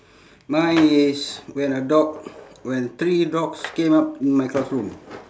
mine is when a dog when three dogs came up in my classroom